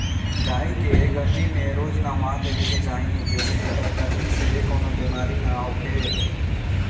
गाई के गरमी में रोज नहावा देवे के चाही जेसे एकरा गरमी से कवनो बेमारी ना होखे